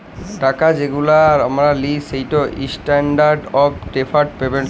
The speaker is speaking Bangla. টাকা যেগুলা আমরা লিই সেটতে ইসট্যান্ডারড অফ ডেফার্ড পেমেল্ট থ্যাকে